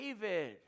David